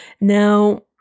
Now